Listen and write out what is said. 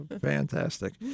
Fantastic